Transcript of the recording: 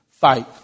Fight